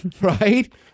right